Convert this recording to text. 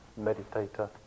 meditator